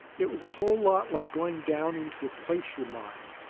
it was a whole lot like going down into a placer mine,